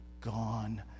gone